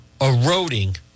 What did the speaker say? eroding